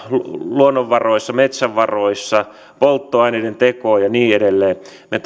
luonnonvaroistamme metsävaroistamme on polttoaineiden tekoa ja niin edelleen me